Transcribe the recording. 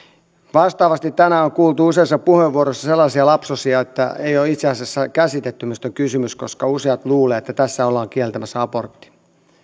vastaavasti tänään on kuultu useissa puheenvuoroissa sellaisia lapsosia että ei ole itse asiassa käsitetty mistä on kysymys koska useat luulevat että tässä ollaan kieltämässä abortti